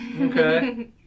Okay